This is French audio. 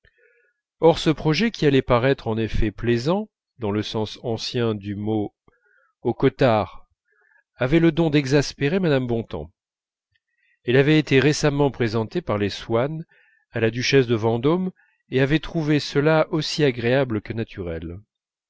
or ce projet qui allait paraître en effet plaisant dans le sens ancien du mot aux cottard avait le don d'exaspérer mme bontemps elle avait été récemment présentée par les swann à la duchesse de vendôme et avait trouvé cela aussi agréable que naturel